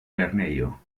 lernejo